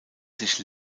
sich